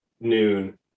noon